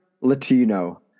Latino